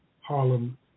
Harlem